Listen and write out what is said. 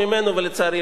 ולצערי לא שמעתי.